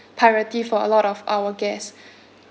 priority for a lot of our guests